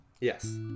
Yes